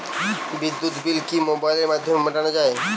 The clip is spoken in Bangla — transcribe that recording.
বিদ্যুৎ বিল কি মোবাইলের মাধ্যমে মেটানো য়ায়?